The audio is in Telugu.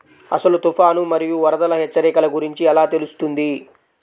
అసలు తుఫాను మరియు వరదల హెచ్చరికల గురించి ఎలా తెలుస్తుంది?